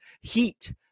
heat